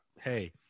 hey